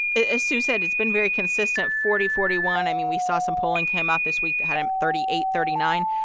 as sue said, it's been very consistent forty, forty one. i mean, we saw some polling came out this week that had him thirty eight, thirty nine.